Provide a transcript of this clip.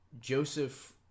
Joseph